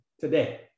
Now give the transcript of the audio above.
today